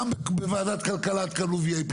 גם בוועדת כלכלה תקבלו VIP,